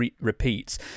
repeats